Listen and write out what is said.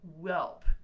whelp